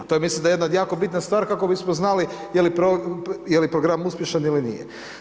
A to je mislim da je jedna jako bitna stvar kako bismo znali je li program uspješan ili nije.